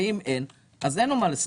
ואם אין משחק אז אין לו מה להמר.